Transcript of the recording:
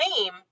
claim